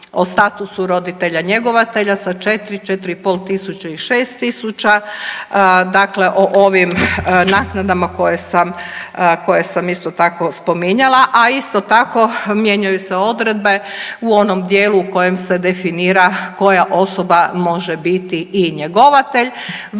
o statusu roditelja njegovatelja sa 4, 4 i pol tisuće i 6000. Dakle, o ovim naknadama koje sam isto tako spominjala, a isto tako mijenjaju se odredbe u onom dijelu u kojem se definira koja osoba može biti i njegovatelj.